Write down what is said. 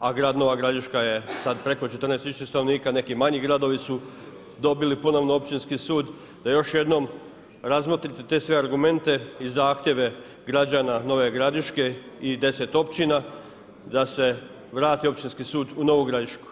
a grad Nova Gradiška je sada preko 14 tisuća stanovnika, neki manji gradovi su dobili ponovno općinski sud, da još jednom razmotrite te sve argumente i zahtjeve građana Nove Gradiške i 10 općina da se vrati općinski sud u Novu Gradišku.